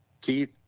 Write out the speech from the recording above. Keith